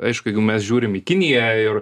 aišku jeigu mes žiūrim į kiniją ir